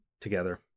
together